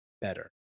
better